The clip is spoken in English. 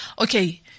okay